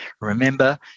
Remember